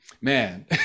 man